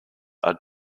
are